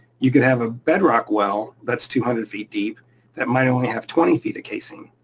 you could have a bedrock well that's two hundred feet deep that might only have twenty feet of casing.